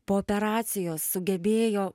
po operacijos sugebėjo